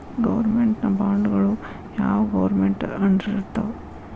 Government ಬಾಂಡ್ಗಳು ಯಾವ್ government ಅಂಡರಿರ್ತಾವ?